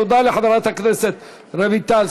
תודה לחברת הכנסת רויטל סויד.